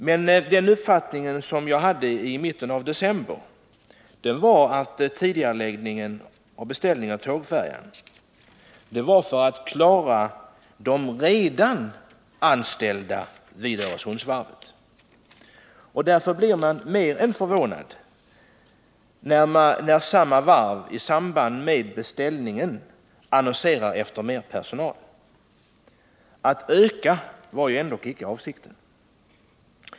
Men den uppfattning som jag hade i mitten av december var att tidigareläggningen av beställningen av tågfärjan avsåg att klara sysselsättningen för dem som redan var anställda vid Öresundsvarvet. Därför blir man mer än förvånad när samma varv i samband med beställningen annonserar efter mer personal. Att öka antalet anställda var ändock inte avsikten.